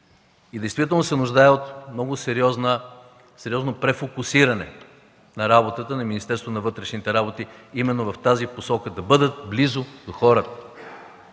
Действително се нуждаем от много сериозно префокусиране на работата на Министерството на вътрешните работи именно в тази посока – да бъдат близо до хората,